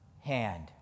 hand